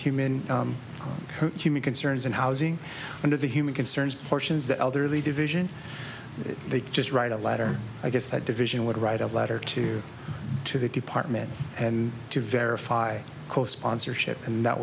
human human concerns and housing under the human concerns portions the elderly division they just write a letter i guess that division would write a letter to to the department and to verify co sponsorship and that